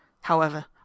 However